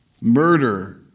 murder